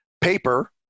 paper